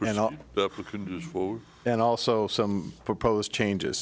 know and also some proposed changes